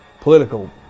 political